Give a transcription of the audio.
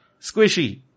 Squishy